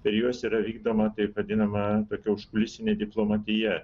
per juos yra vykdoma taip vadinama tokia užkulisinę diplomatija